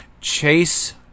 Chase